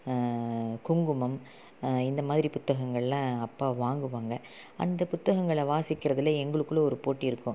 குங்குமம் இந்தமாதிரி புத்தகங்களெலாம் அப்பா வாங்குவாங்க அந்தப்புத்தகங்களை வாசிக்கிறதில் எங்களுக்குள்ளே ஒரு போட்டி இருக்கும்